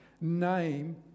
name